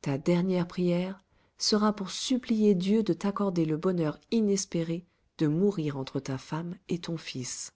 ta dernière prière sera pour supplier dieu de t'accorder le bonheur inespéré de mourir entre ta femme et ton fils